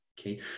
Okay